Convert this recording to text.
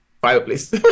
Fireplace